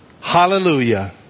Hallelujah